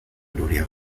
nuria